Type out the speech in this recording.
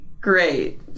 great